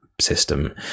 system